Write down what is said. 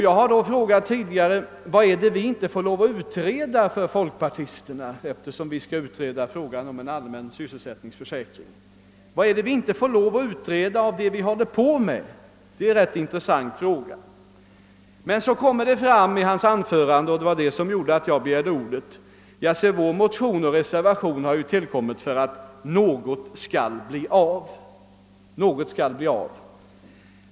Jag har tidigare frågat mig vad det är som vi inte får utreda för folkpartisterna, eftersom vi nu bör utreda frågan om en allmän sysselsättningsförsäkring. Vad är det vi inte får lov att utreda av det vi håller på med? Det är en rätt intressant fråga. Vad som gjorde att jag begärde ordet var att det i herr Westbergs anförande hette: Vår motion och reservation har tillkommit för att något skall bli av.